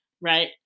Right